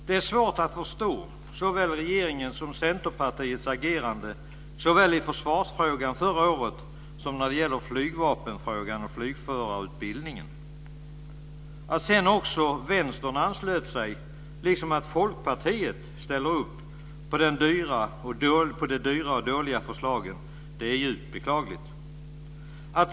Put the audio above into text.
Det är svårt att förstå regeringens och Centerpartiets agerande såväl i försvarsfrågan förra året som när det gäller flygvapenfrågan och flygförarutbildningen. Att sedan också Vänstern anslöt sig, liksom att Folkpartiet ställde upp på dessa dyra och dåliga förslag, är djupt beklagligt.